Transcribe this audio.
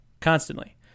constantly